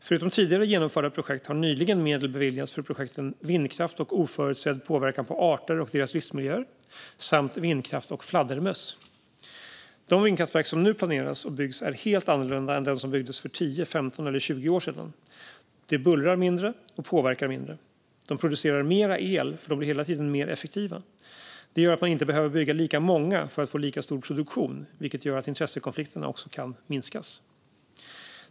Förutom tidigare genomförda projekt har nyligen medel beviljats för projekten Vindkraft och oförutsedd påverkan på arter och deras livsmiljöer samt Vindkraft och fladdermöss. De vindkraftverk som nu planeras och byggs är helt annorlunda än de som byggdes för 10, 15 eller 20 år sedan. De bullrar mindre och påverkar mindre. De producerar mer el, för de blir hela tiden mer effektiva. Det gör att man inte behöver bygga lika många för att få lika stor produktion, vilket gör att intressekonflikterna också kan minskas.